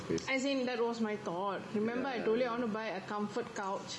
as in that was my thought remember I told you I want to buy a comfort couch